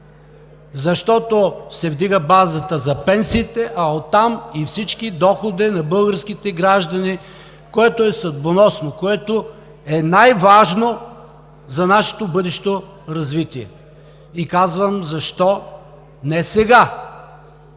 Защото се вдига базата за пенсиите, а оттам и всички доходи на българските граждани, което е съдбоносно, което е най-важно за нашето бъдещо развитие. И казвам: защо не сега?